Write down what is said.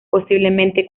posiblemente